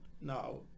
now